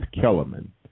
Kellerman